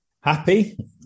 Happy